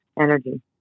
energy